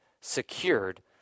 secured